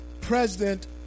President